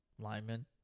linemen